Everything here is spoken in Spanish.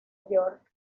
york